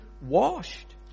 washed